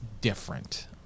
different